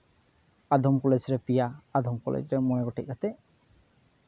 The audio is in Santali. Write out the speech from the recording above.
ᱟᱫᱚᱢ ᱠᱚᱞᱮᱡᱽ ᱨᱮ ᱯᱮᱭᱟ ᱟᱫᱚᱢ ᱠᱚᱞᱮᱡᱽ ᱨᱮ ᱢᱚᱬᱮ ᱜᱚᱴᱮᱡ ᱠᱟᱛᱮ